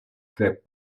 crec